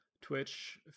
twitch